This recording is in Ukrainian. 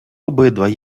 обидва